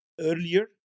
earlier